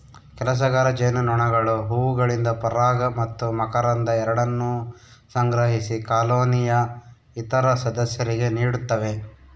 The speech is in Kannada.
ಕೆಲಸಗಾರ ಜೇನುನೊಣಗಳು ಹೂವುಗಳಿಂದ ಪರಾಗ ಮತ್ತು ಮಕರಂದ ಎರಡನ್ನೂ ಸಂಗ್ರಹಿಸಿ ಕಾಲೋನಿಯ ಇತರ ಸದಸ್ಯರಿಗೆ ನೀಡುತ್ತವೆ